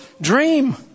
dream